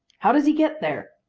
how does he get there?